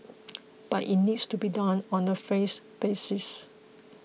but it needs to be done on the phase basis